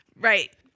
Right